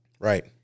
Right